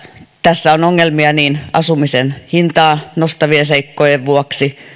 tässä on niin ongelmia asumisen hintaa nostavien seikkojen vuoksi